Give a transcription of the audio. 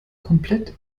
komplett